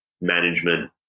management